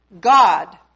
God